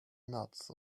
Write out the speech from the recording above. nuts